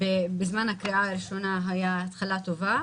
בזמן הקריאה הראשונה היה התחלה טובה,